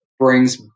brings